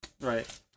Right